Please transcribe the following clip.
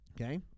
Okay